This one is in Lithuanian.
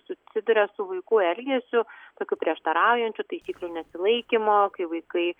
susiduria su vaikų elgesiu tokių prieštaraujančių taisyklių nesilaikymo kai vaikai